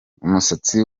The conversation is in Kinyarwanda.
umusatsi